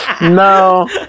No